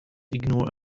ignore